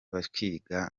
bakiga